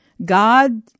God